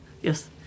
Yes